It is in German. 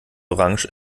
orange